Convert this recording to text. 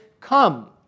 come